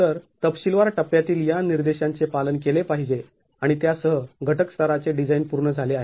तर तपशीलवार टप्प्यातील या निर्देशांचे पालन केले पाहिजे आणि त्या सह घटक स्तराचे डिझाईन पूर्ण झाले आहे